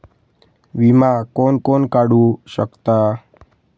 विमा कोण कोण काढू शकता?